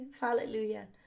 Hallelujah